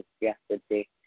yesterday